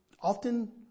often